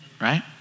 Right